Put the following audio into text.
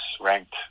ranked